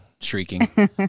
shrieking